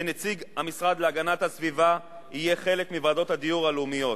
שנציג המשרד להגנת הסביבה יהיה חלק בוועדות הדיור הלאומיות,